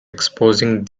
exposing